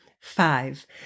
Five